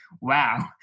wow